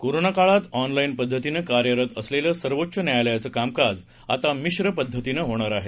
कोरोनाकाळात ऑनलाईन पद्धतीनं कार्यरत असलेलं सर्वोच्च न्यायालयाचं कामकाज आता मिश्र पद्धतीनं होणार आहे